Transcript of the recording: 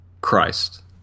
Christ